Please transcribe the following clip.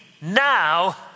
now